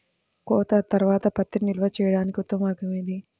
కోత తర్వాత పత్తిని నిల్వ చేయడానికి ఉత్తమ మార్గం ఏది?